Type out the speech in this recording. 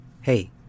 Hey